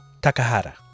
Takahara